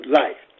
life